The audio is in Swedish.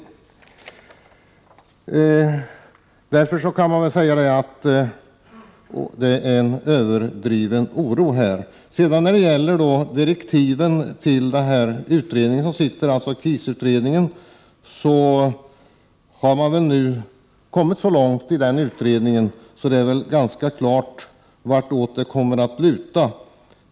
Därför kan oron sägas vara överdriven. När det sedan gäller direktiven till utredningen, kan jag säga att utredningsarbetet nu har kommit så långt att det är ganska klart vartåt det lutar.